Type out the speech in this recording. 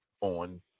on